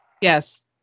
Yes